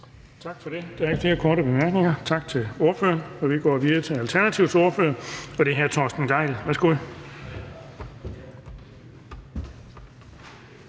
Tak for det. Så er der ikke flere korte bemærkninger. Tak til ordføreren. Vi går videre til Venstres ordfører, og det er hr. Hans Andersen. Værsgo.